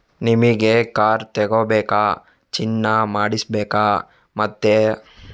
ನಿಮಿಗೆ ಕಾರ್ ತಗೋಬೇಕಾ, ಚಿನ್ನ ಮಾಡಿಸ್ಬೇಕಾ ಮತ್ತೆಂತಕೆ ಯೋಚನೆ ಮಾಡುದು ಲೋನ್ ತಗೊಳ್ಳಿ